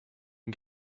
can